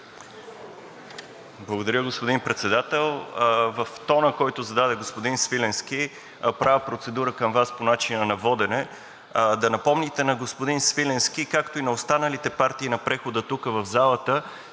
Благодаря, господин Председател. В тона, който зададе, господин Свиленски – правя процедура към Вас по начина на водене. Да напомните на господин Свиленски, както и на останалите партии на прехода тук, в залата,